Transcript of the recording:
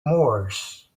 moors